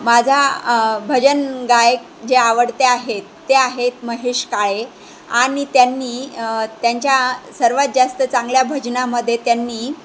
माझा भजन गायक जे आवडते आहेत ते आहेत महेश काळे आणि त्यांनी त्यांच्या सर्वात जास्त चांगल्या भजनामध्ये त्यांनी